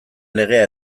legea